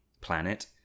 planet